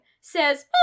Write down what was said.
says